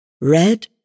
red